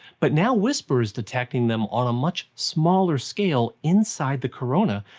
but now wispr is detecting them on a much smaller scale inside the corona,